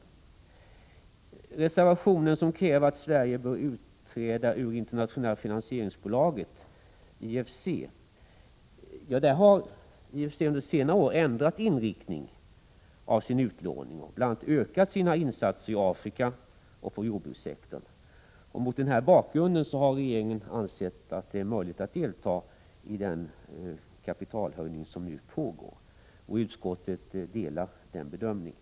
I en reservation krävs att Sverige skall utträda ur det internationella finansieringsbolaget IFC. Nu har IFC under senare år ändrat inriktningen av sin utlåning och bl.a. ökat sina insatser i Afrika och på jordbrukssektorn. Mot den här bakgrunden har regeringen ansett det möjligt att delta i den kapitalhöjning som nu pågår. Utskottet delar den bedömningen.